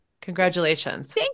Congratulations